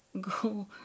Go